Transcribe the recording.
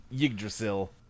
Yggdrasil